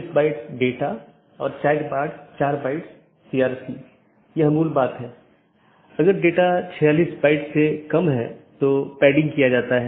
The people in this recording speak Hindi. तो ये वे रास्ते हैं जिन्हें परिभाषित किया जा सकता है और विभिन्न नेटवर्क के लिए अगला राउटर क्या है और पथों को परिभाषित किया जा सकता है